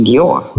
Dior